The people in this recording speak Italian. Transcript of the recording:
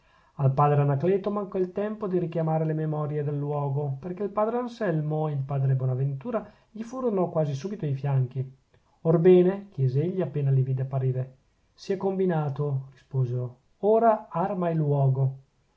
al padre anacleto mancò il tempo di richiamare le memorie del luogo perchè il padre anselmo e il padre bonaventura gli furono quasi subito ai fianchi orbene chiese egli appena li vide apparire si è combinato risposero ora arma e luogo